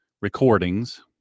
recordings